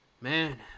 Man